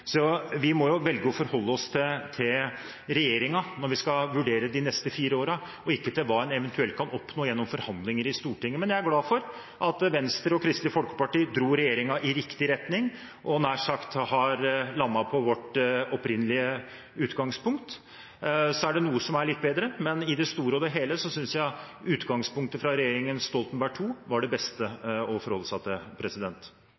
hva en eventuelt kan oppnå gjennom forhandlinger i Stortinget. Men jeg er glad for at Venstre og Kristelig Folkeparti dro regjeringen i riktig retning og nær sagt har landet på vårt opprinnelige utgangspunkt. Så er det noe som er litt bedre, men i det store og hele synes jeg utgangspunktet fra regjeringen Stoltenberg II var det beste